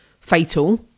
fatal